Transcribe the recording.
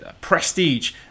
prestige